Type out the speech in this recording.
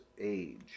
age